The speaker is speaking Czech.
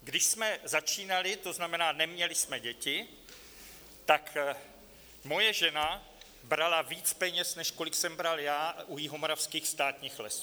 Když jsme začínali, to znamená, neměli jsme děti, moje žena brala víc peněz, než kolik jsem bral u Jihomoravských státních lesů.